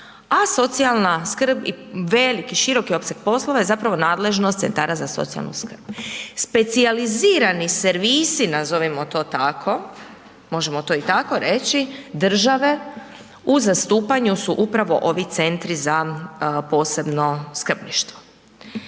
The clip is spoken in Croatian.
a socijalna skrb i velik i široki opseg poslova je zapravo nadležnost centara za socijalnu skrb. Specijalizirani servisi nazovimo to tako, možemo to i tako reći, države u zastupanju su upravo ovi centri za posebno skrbništvo.